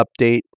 update